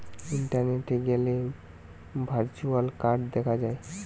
ইন্টারনেটে গ্যালে virtual card দেখা যায়